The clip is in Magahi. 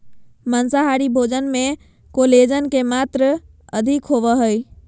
माँसाहारी भोजन मे कोलेजन के मात्र अधिक होवो हय